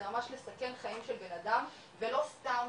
זה ממש לסכן חיים של בנאדם ולא סתם